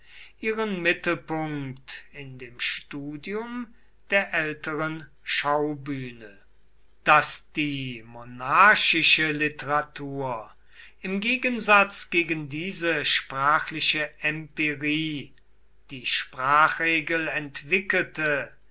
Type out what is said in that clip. ihren mittelpunkt in dem studium der älteren schaubühne daß die monarchische literatur im gegensatz gegen diese sprachliche empirie die sprachregel entwickelte